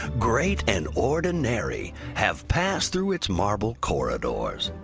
great and ordinary, have passed through its marble corridors.